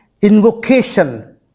invocation